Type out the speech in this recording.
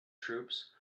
troops